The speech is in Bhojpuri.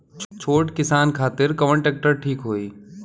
छोट किसान खातिर कवन ट्रेक्टर ठीक होई?